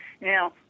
Now